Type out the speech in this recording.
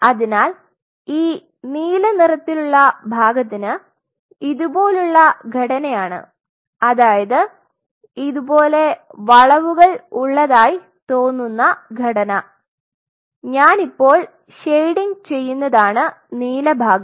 അതിനാൽ ഈ നീലനിറത്തിലുള്ള ഭാഗത്തിന് ഇതുപോലുള്ള ഘടനയാണ് അതായത് ഇതുപോലെ വളവുകൾ ഉള്ളതായി തോന്നുന്ന ഘടന ഞാൻ ഇപ്പോൾ ഷേഡിംഗ് ചെയ്യുന്നതാണ് നീല ഭാഗം